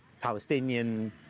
Palestinian